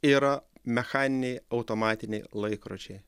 yra mechaniniai automatiniai laikrodžiai